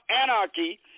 anarchy